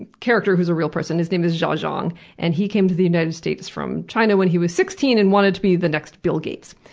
character who is a real person, his name is jia jiang. and he came to the united states from china when he was sixteen and wanted to be the next bill gates.